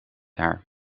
haar